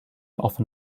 often